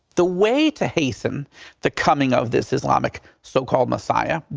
the way to hasten the coming of this islamic so-called messiah,